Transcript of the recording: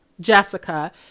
Jessica